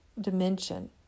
dimension